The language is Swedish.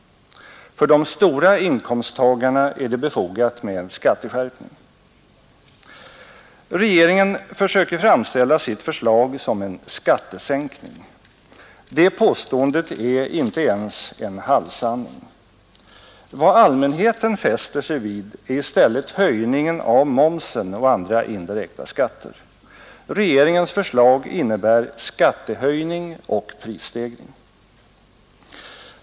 För de stora inkomsttagarna är det befogat med en skatteskärpning. Regeringen försöker framställa sitt förslag som en skattesänkning. Det påståendet är inte ens en halvsanning. Vad allmänheten fäster sig vid är i stället höjningen av momsen och andra indirekta skatter. Regeringens förslag innebär skattehöjning och prisstegring.